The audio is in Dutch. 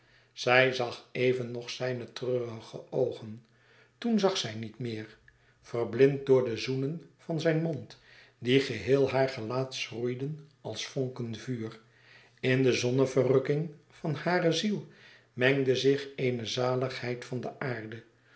zij zag even nog zijne treurige oogen toen zag zij niet meer verblind door de zoenen van zijn mond die geheel haar gelaat schroeiden als vonken vuur in de zonneverrukking van hare ziel mengde zich eene zaligheid van de aarde